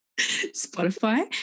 Spotify